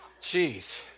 Jeez